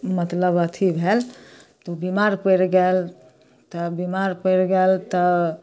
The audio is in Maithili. मतलब अथी भेल ओ बेमार पड़ि गेल तब बेमार पड़ि गेल तऽ